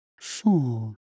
Four